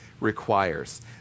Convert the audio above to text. requires